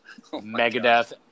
Megadeth